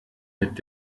mit